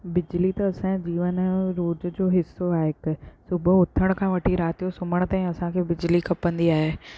बिजली त असांजे जीवन जो रोज़ु जो हिसो आहे हिकु सुबुहजो उथण खां वठी राति जो सुम्हण ताईं असांखे बिजली खपंदी आहे